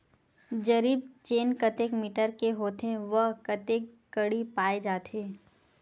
जरीब चेन कतेक मीटर के होथे व कतेक कडी पाए जाथे?